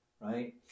right